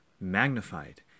magnified